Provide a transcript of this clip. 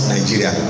Nigeria